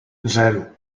zero